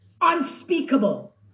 unspeakable